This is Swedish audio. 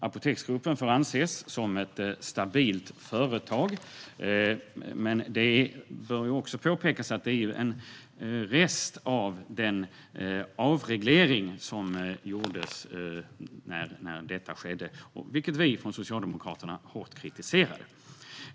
Apoteksgruppen får anses som ett stabilt företag. Men det bör också påpekas att det är en rest av den avreglering som gjordes, som vi från Socialdemokraterna hårt kritiserade.